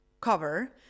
cover